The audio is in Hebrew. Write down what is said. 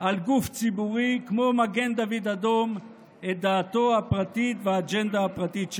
על גוף ציבורי כמו מגן דוד אדום את דעתו הפרטית ואת האג'נדה הפרטית שלו.